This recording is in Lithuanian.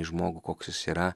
žmogų koks jis yra